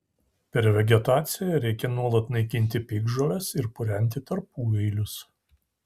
per vegetaciją reikia nuolat naikinti piktžoles ir purenti tarpueilius